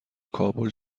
کابل